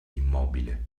immobile